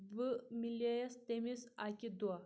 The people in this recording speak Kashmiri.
بہٕ مِلے یَس تٔمِس اَکہِ دۄہ